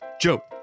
Joe